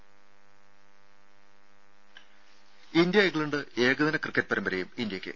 രംഭ India England ഏകദിന cricket പരമ്പരയും ഇന്ത്യയ്ക്ക്